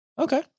Okay